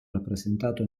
rappresentato